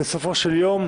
בסופו של דבר,